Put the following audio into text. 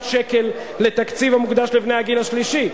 שקל לתקציב המוקדש לבני הגיל השלישי,